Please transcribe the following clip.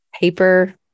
paper